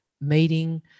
meeting